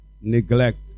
neglect